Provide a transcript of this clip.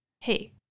hey